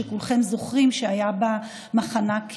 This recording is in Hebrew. שכולכם זוכרים שהיה בה מחנק גדול.